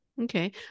Okay